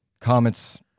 Comet's